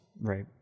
right